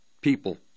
people